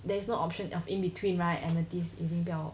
there is no option of in between right amethyst 已经不要